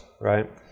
right